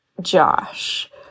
Josh